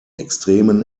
extremen